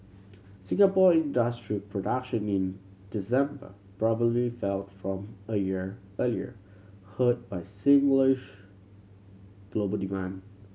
Singapore industrial production in December probably fell from a year earlier hurt by global demand